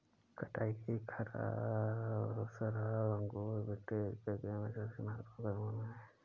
कटाई की शराब अंगूर विंटेज की प्रक्रिया में सबसे महत्वपूर्ण कदमों में से एक है